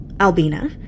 Albina